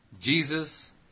Jesus